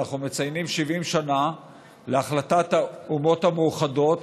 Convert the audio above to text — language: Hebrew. אנחנו מציינים 70 שנה להחלטת האומות המאוחדות,